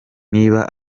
niba